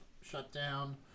shutdown